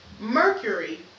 Mercury